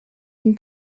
une